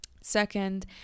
Second